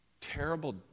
terrible